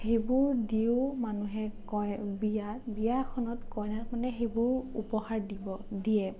সেইবোৰ দিও মানুহে কয় বিয়া বিয়াখনত কইনাক মানে সেইবোৰ উপহাৰ দিব দিয়ে